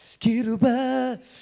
Kiruba